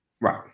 right